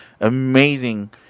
amazing